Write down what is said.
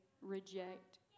reject